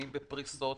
אם בפריסות.